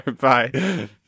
bye